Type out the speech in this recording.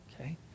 Okay